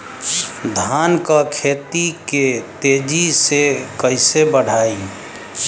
धान क खेती के तेजी से कइसे बढ़ाई?